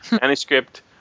Manuscript